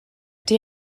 die